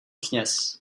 kněz